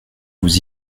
vous